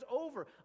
over